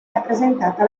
rappresentata